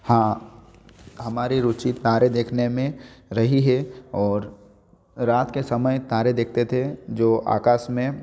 हाँ हमारी रुचि तारे देखने में रही हैं और रात के समय तारे देखते थे जो आकाश में